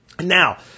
Now